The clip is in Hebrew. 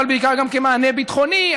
אבל בעיקר גם כמענה ביטחוני,